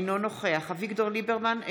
אינו נוכח אביגדור ליברמן,